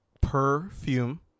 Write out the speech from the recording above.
perfume